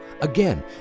Again